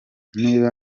niba